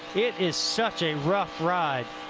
it is such a rough ride.